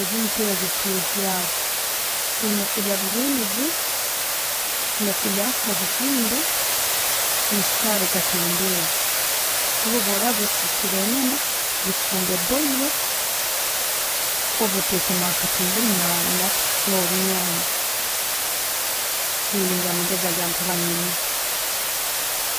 ebintu ebyo, kehyaho. Oyina kulya ha greens, oyina kulyaaho ha'bihimba, nesukari okakendezaho. Bworaba osikire enyama, ochumbe boilo orba otekemu akatunguru naki, no runyanya, nyonwe nigo amagezi genkuba nemuha.